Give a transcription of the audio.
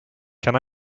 can